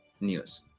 News